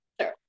Sure